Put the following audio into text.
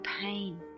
pain